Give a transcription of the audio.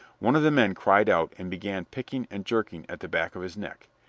one of the men cried out, and began picking and jerking at the back of his neck.